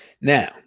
now